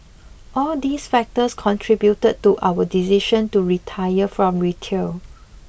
all these factors contributed to our decision to retire from retail